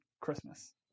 christmas